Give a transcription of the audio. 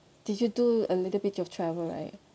did you do a little bit of travel right